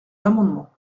l’amendement